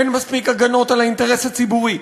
אין מספיק הגנות על האינטרס הציבורי,